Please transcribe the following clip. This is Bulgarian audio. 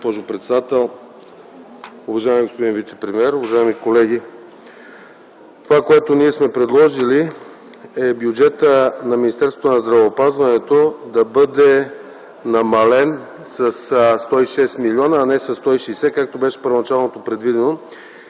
госпожо председател. Уважаеми господин вицепремиер, уважаеми колеги! Това, което ние сме предложили, е бюджетът на Министерството на здравеопазването да бъде намален със 106 милиона, а не със 160, както беше първоначално предвидено.